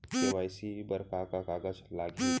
KYC बर का का कागज लागही?